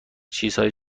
چیزهای